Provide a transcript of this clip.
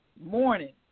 Morning